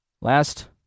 Last